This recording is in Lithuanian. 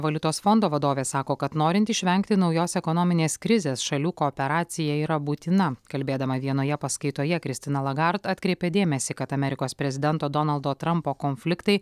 valiutos fondo vadovė sako kad norint išvengti naujos ekonominės krizės šalių kooperacija yra būtina kalbėdama vienoje paskaitoje kristina lagart atkreipė dėmesį kad amerikos prezidento donaldo trampo konfliktai